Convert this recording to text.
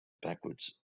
backwards